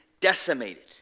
decimated